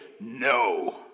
no